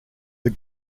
the